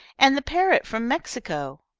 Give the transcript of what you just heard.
and the parrot from mexico.